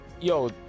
Yo